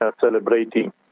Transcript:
celebrating